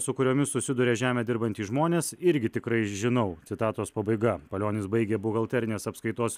su kuriomis susiduria žemę dirbantys žmonės irgi tikrai žinau citatos pabaiga palionis baigė buhalterinės apskaitos